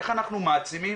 איך אנחנו מעצימים,